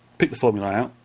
pick the formula out,